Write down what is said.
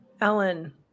Ellen